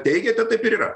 teikiate taip ir yra